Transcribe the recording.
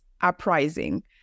Uprising